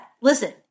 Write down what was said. listen